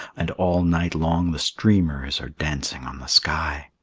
and all night long the streamers are dancing on the sky.